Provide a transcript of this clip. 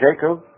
Jacob